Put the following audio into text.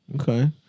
Okay